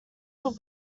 he’ll